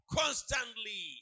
constantly